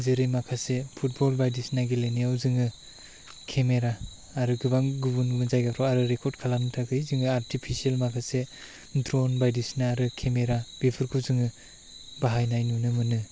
जेरै माखासे पुटबल बायदिसिना गेलेनायाव जोङो केमेरा आरो गोबां गुबुन गुबुन जायगाफोराव आरो रेकर्ड खालामनो थाखाय जोङो आर्टिपिसेल माखासे ड्रन बायदिसिना आरो केमेरा बेफोरखौ जोङो बाहायनाय नुनो मोनो